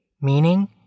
meaning